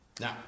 Now